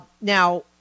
Now